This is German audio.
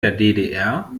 der